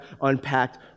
unpacked